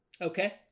Okay